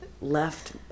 left